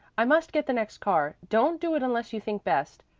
i must get the next car. don't do it unless you think best.